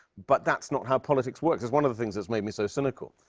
but that's not how politics works. it's one of the things that's made me so cynical.